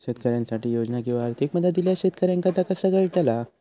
शेतकऱ्यांसाठी योजना किंवा आर्थिक मदत इल्यास शेतकऱ्यांका ता कसा कळतला?